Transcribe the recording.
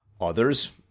Others